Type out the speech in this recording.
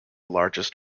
largest